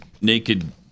naked